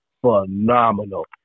phenomenal